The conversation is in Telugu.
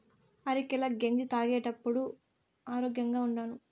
అరికెల గెంజి తాగేప్పుడే ఆరోగ్యంగా ఉండాను